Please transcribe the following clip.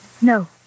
No